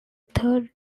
third